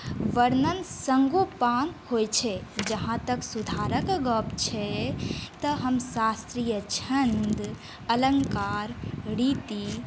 वर्णन सङ्गोपाङ्ग होइ छै जहाँ तक सुधारके गप छै तऽ हम शास्त्रीय छन्द अलङ्कार रीति